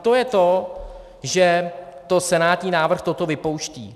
To je to, že senátní návrh toto vypouští.